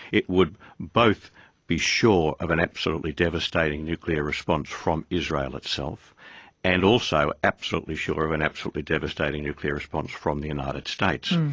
it would both be sure of an absolutely devastating nuclear response from israel itself and also absolutely sure of an absolutely devastating nuclear response from the united states.